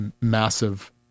massive